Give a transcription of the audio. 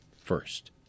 first